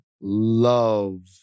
love